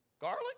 Garlic